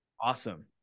Awesome